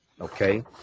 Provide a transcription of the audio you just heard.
Okay